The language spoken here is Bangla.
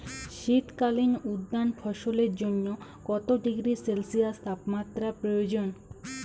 শীত কালীন উদ্যান ফসলের জন্য কত ডিগ্রী সেলসিয়াস তাপমাত্রা প্রয়োজন?